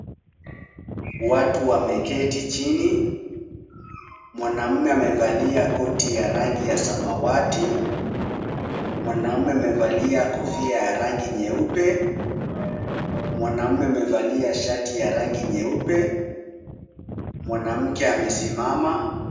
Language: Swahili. Watu wameketi chini. Mwanaume amevalia koti ya rangi ya samawati. Mwanamume amevalia kofia ya rangi nyeupe. Mwanamume amevalia shati ya rangi nyeupe. Mwanamke amesimama.